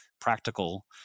practical